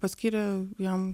paskyrė jam